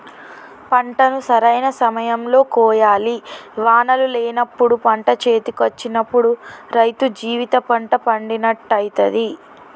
పంటను సరైన సమయం లో కోయాలి వానలు లేనప్పుడు పంట చేతికొచ్చినప్పుడు రైతు జీవిత పంట పండినట్టయితది